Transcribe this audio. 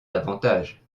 davantage